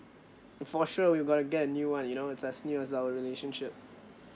uh for sure we've got to get a new one you know it's as new as our relationship